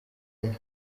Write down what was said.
anywa